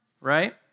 right